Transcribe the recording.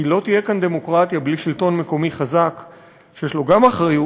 כי לא תהיה כאן דמוקרטיה בלי שלטון מקומי חזק שיש לו גם אחריות,